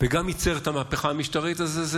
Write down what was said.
וגם ייצר את המהפכה המשטרית הזאת,